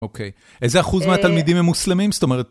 אוקיי. איזה אחוז מהתלמידים הם מוסלמים? זאת אומרת...